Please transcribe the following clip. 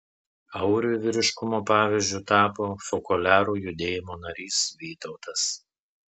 auriui vyriškumo pavyzdžiu tapo fokoliarų judėjimo narys vytautas